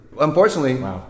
Unfortunately